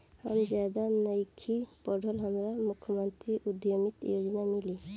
हम ज्यादा नइखिल पढ़ल हमरा मुख्यमंत्री उद्यमी योजना मिली?